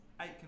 eight